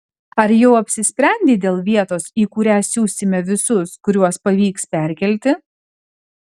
ar jau apsisprendei dėl vietos į kurią siusime visus kuriuos pavyks perkelti